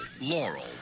Laurel